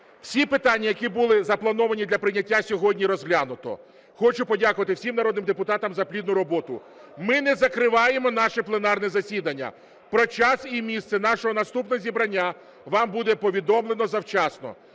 всі питання, які були заплановані для прийняття сьогодні, розглянуто. Хочу подякувати всім народним депутатам за плідну роботу. Ми не закриваємо наше пленарне засідання. Про час і місце нашого наступного зібрання вам буде повідомлено завчасно.